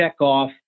checkoff